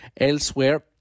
Elsewhere